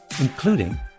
including